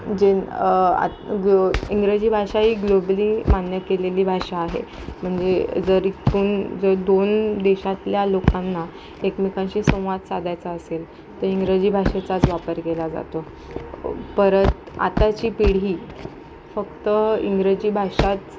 जेन इंग्रजी भाषा ही ग्लोबली मान्य केलेली भाषा आहे म्हणजे जर इतकून जर दोन देशातल्या लोकांना एकमेकांशी संवाद साधायचा असेल तर इंग्रजी भाषेचाच वापर केला जातो परत आताची पिढी फक्त इंग्रजी भाषाच